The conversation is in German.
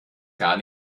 gar